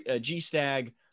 G-Stag